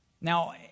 Now